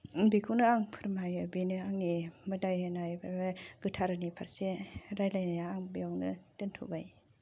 बेखौनो आं फोरमायो बेनो आंनि मोदाइ होनाय बे गोथारनि फारसे रायज्लायनाया बेयावनो दोनथ'बाय